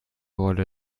rolle